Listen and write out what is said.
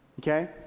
okay